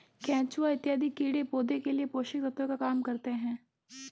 केचुआ इत्यादि कीड़े पौधे के लिए पोषक तत्व का काम करते हैं